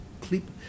clip